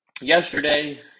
Yesterday